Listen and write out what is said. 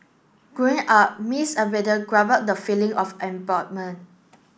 growing up Miss Abbott grappled the feeling of